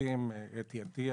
המצמידים אתי עטיה,